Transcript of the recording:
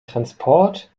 transport